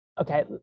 okay